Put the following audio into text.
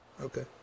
okay